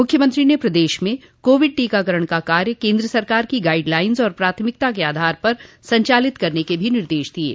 मुख्यमंत्री ने प्रदेश में कोविड टीकाकरण का कार्य केन्द्र सरकार की गाइड लाइंस और प्राथमिकता के आधार पर संचालित करने के भी निर्देश दिये